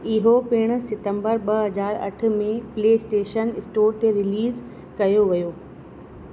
इहो पिण सितंबर ॿ हज़ार अठ में प्लेइस्टेशन स्टोर ते रिलीज़ कयो वियो